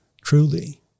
truly